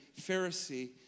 Pharisee